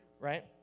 right